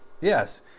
Yes